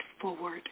forward